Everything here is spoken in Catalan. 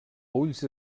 ulls